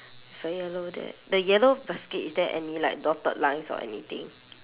if a yellow that the yellow basket is there any like dotted lines or anything